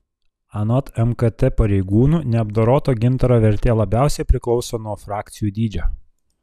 anot mkt pareigūnų neapdoroto gintaro vertė labiausiai priklauso nuo frakcijų dydžio